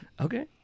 Okay